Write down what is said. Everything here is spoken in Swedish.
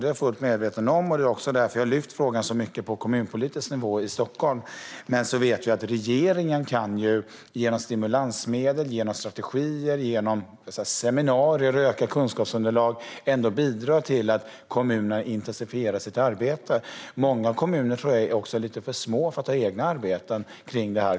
Det är jag fullt medveten om, och det är också därför jag har tagit upp frågan på kommunpolitisk nivå i Stockholm. Men samtidigt kan regeringen genom stimulansmedel, strategier, seminarier och ökat kunskapsunderlag bidra till att kommunerna intensifierar sitt arbete. Många kommuner är också lite för små för att driva eget arbete om detta.